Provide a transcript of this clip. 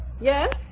Yes